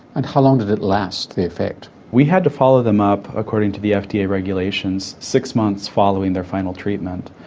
and how long did it last the effect? we had to follow them up according to the fda regulations, six months following their final treatment.